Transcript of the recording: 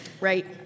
Right